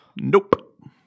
Nope